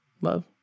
love